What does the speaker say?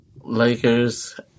Lakers